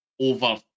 over